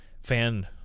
fan